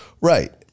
Right